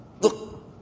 look